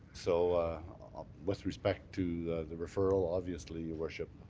so with respect to the the referral, obviously, your worship,